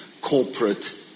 corporate